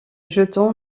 jetons